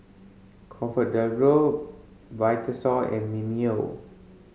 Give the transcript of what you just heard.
ComfortDelGro Vitasoy and Mimeo